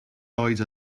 oed